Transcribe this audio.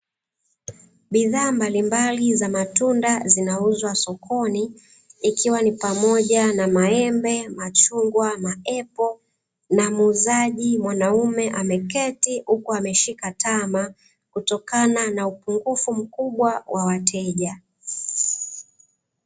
Bidhaa mbalimbali za matunda zinauzwa sokoni, ikiwa ni pamoja na maembe, machungwa, maepo na muuzaji mwanaume ameketi huku ameshika tama, kutokana na upungufu mkubwa wa wateja.